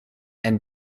and